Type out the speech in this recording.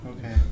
okay